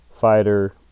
fighter